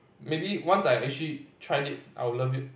maybe once I actually tried it I'll love it